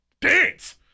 Dance